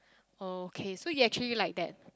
okay so you actually like that